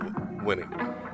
winning